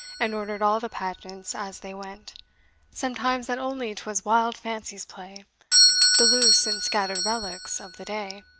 and ordered all the pageants as they went sometimes that only twas wild fancy's play the loose and scattered relics of the day.